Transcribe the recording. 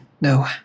No